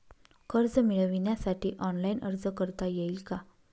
कर्ज मिळविण्यासाठी ऑनलाइन अर्ज करता येईल का?